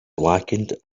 blackened